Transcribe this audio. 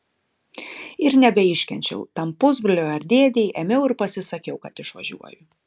ir nebeiškenčiau tam pusbroliui ar dėdei ėmiau ir pasisakiau kad išvažiuoju